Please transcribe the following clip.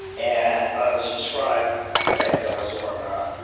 and i was prescribed pain killers or whatnot.